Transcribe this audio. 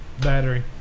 Battery